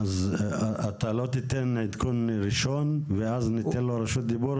אז אתה לא תיתן עדכון ראשון ואחרי זה ניתן לו רשות דיבור?